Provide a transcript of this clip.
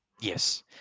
Yes